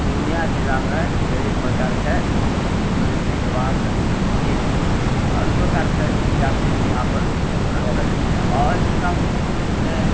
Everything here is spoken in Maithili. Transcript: पूर्णिया जिलामे ढ़ेरी प्रकारके रीति रिवाज संस्कृति आओर प्रकारके जाति भी यहाँपर रहलो जाइ छै आओर जे ओकरामे मुख्य रूपसँ